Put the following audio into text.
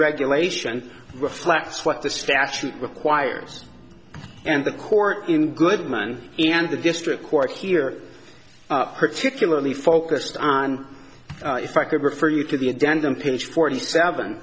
regulation reflects what the statute requires and the court in goodman and the district court here particularly focused on if i could refer you to the a dent on page forty seven